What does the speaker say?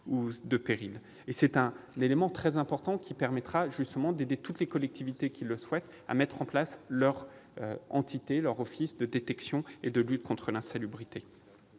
C'est un élément très important, de nature justement à aider toutes les collectivités qui le souhaitent à mettre en place leur office de détection et de lutte contre l'insalubrité.